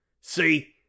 See